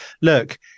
look